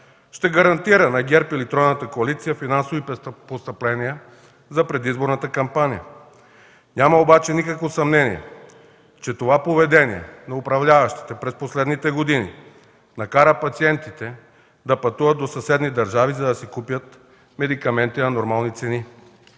ще гарантира на ГЕРБ или тройната коалиция финансови постъпления за предизборната кампания!? Няма никакво съмнение, че това поведение на управляващите през последните години накара пациентите да пътуват до съседни държави, за да си купят медикаменти на нормални цени.